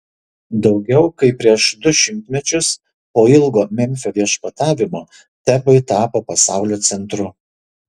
daugiau kaip prieš du šimtmečius po ilgo memfio viešpatavimo tebai tapo pasaulio centru